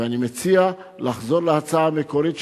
ואני מציע לחזור להצעה המקורית,